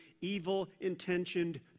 evil-intentioned